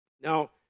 Now